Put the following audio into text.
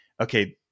okay